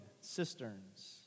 cisterns